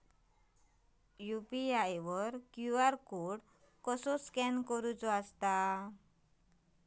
UPI वर QR code कसा scan करूचा?